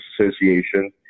Association